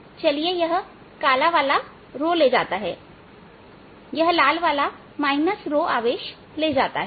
इसलिए चलिए यह काला वाला ले जाता है यह लाल वाला आवेश ले जाता है